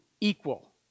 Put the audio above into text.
equal